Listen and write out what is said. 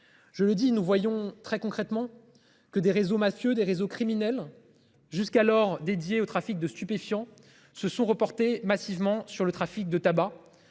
Je le dis, nous voyons très concrètement que des réseaux mafieux des réseaux criminels jusqu'alors dédiée au trafic de stupéfiants se sont reportés massivement sur le trafic de tabac.